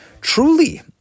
Truly